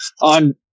on